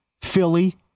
Philly